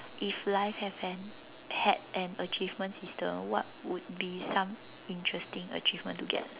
if life have an had an achievement system what would be some interesting achievement to get